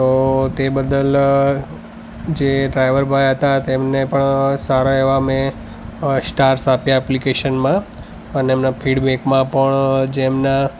તો તે બદલ જે ડ્રાઈવર ભાઈ હતા તેમને પણ સારા એવા મેં અ સ્ટાર્સ આપ્યા ઍપ્લિકેશનમાં અને એમના ફીડબૅકમાં પણ જેમના